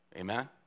Amen